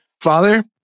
father